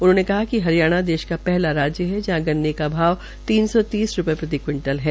उन्होंने कहा कि हरियाणा देश का पहला राज्य है जहां गन्ने का भाव तीन सौ तीस रूपये प्रति क्विंटल है